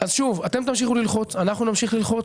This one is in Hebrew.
אז שוב, אתם תמשיכו ללחוץ, אנחנו נמשיך ללחוץ.